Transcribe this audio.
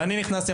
וכשאני נכנסתי,